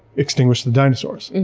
extinguished the dinosaurs.